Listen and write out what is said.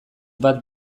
bat